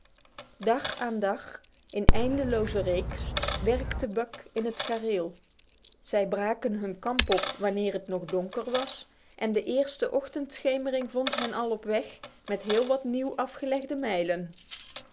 dag aan dag in eindeloze reeks werkte buck in het gareel zij braken hun kamp op wanneer het nog donker was en de eerste ochtendschemering vond hen al op weg met heel wat nieuw afgelegde mijlen